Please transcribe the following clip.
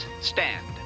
Stand